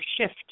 shift